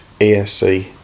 ESC